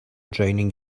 drowning